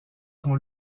qu’on